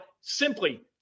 simply